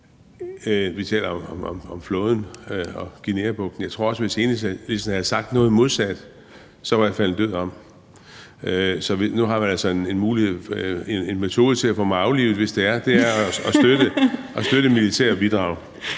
vi talte om flåden og Guinea-bugten. Jeg tror også, at hvis Enhedslisten havde sagt noget i den modsatte retning, var jeg faldet død om. Så nu har man altså en metode til at få mig aflivet, hvis det er: at Enhedslisten støtter militære bidrag.